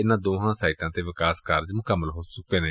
ਇਨੂਾਂ ਦੋਵਾਂ ਸਾਈਟਾਂ ਤੇ ਵਿਕਾਸ ਕਾਰਜ ਮੁਕੰਮਲ ਹੋ ਚੂੱਕੇ ਨੇ